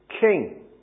king